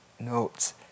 notes